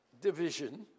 division